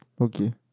Okay